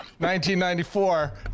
1994